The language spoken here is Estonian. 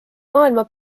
maailma